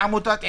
מעמותת ענבר,